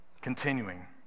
continuing